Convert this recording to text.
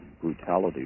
brutality